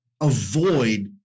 avoid